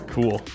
Cool